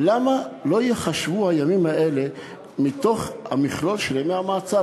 למה לא ייחשבו הימים האלה בתוך המכלול של ימי המעצר?